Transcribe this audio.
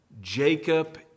Jacob